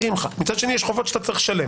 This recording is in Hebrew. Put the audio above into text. ומצד שני יש חובות שאתה צריך לשלם